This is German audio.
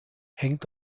hängt